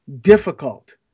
difficult